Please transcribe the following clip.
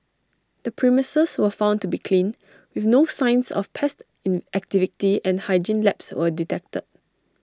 the premises was found to be clean with no signs of pest in activity and hygiene lapse were detected